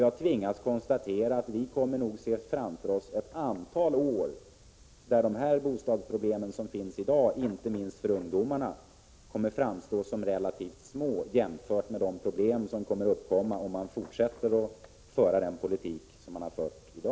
Jag tvingas konstatera att vi framför oss har ett antal år, där de bostadsproblem som finns i dag, inte minst för ungdomarna, kommer att framstå såsom relativt små, om socialdemokraterna fortsätter att föra dagens bostadspolitik.